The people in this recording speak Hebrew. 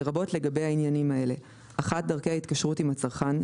לרבות לגבי העניינים האלה: (1)דרכי התקשרות עם הצרכן,